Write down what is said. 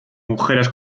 mujeres